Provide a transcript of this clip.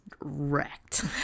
wrecked